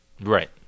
Right